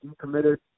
committed